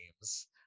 games